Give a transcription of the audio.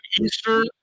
Easter